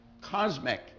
cosmic